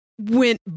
went